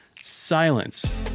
silence